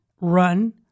run